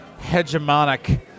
hegemonic